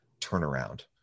turnaround